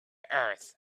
earth